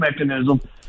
mechanism